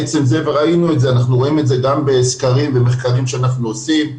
ואנחנו רואים את זה גם בסקרים ומחקרים שאנחנו עושים,